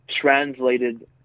translated